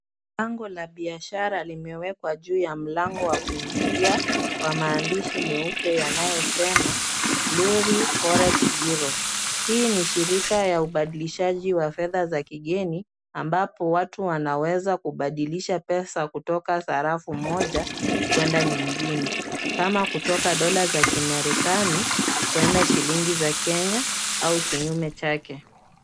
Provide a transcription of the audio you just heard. Bango la biashara limewekwa juu ya mlango wa kuingilia, kwa maandishi meupe yanayosema, Lurie Forex Bureau. Hii ni shirika ya ubadilishaji wa fedha za kigeni, ambapo watu wanaweza kubadilisha pesa kutoka sarafu moja kwenda nyingine. Kama kutoka dola za Kimerikani, kwenda shilingi za Kenya, au kinyume chake.